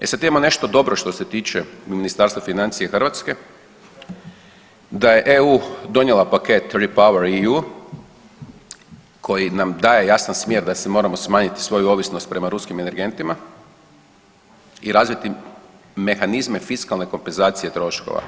E sad imamo nešto dobro što se tiče Ministarstva financija Hrvatske, da je EU donijela paket Repower EU koji nam daje jasan smjer da si moramo smanjiti svoju ovisnost prema ruskim energentima i razviti mehanizme fiskalne kompenzacije troškova.